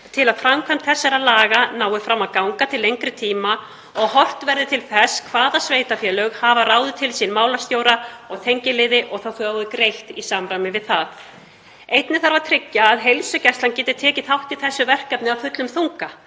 til að framkvæmd þessara laga nái fram að ganga til lengri tíma og að horft verði til þess hvaða sveitarfélög hafa ráðið til sín málsstjóra og tengiliði og fá þá greitt í samræmi við það. Einnig þarf að tryggja að heilsugæslan geti tekið þátt í þessu verkefni af fullum þunga